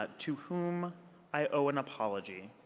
ah to whom i owe an apology.